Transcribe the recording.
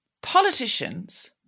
Politicians